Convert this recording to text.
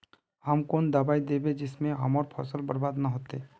हम कौन दबाइ दैबे जिससे हमर फसल बर्बाद न होते?